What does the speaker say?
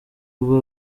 bwo